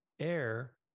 air